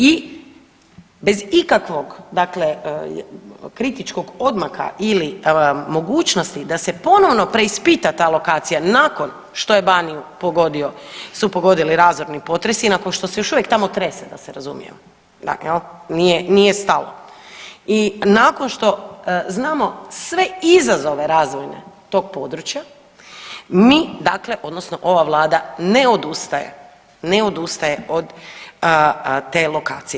I bez ikakvog dakle kritičkog odmaka ili mogućnosti da se ponovno preispita ta lokacija nakon što je Baniju pogodio, su pogodili razorni potresi, nakon što se još uvijek tamo trese, da se razumijemo, dakle, je l', nije stalo i nakon što znamo sve izazove razvojne tog područja, mi dakle odnosno ova Vlada ne odustaje od te lokacije.